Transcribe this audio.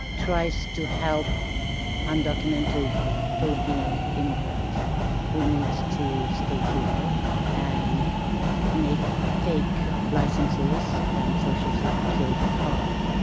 tries to help undocumented filipino immigrants who needs to stay here and make fake licenses and social security card.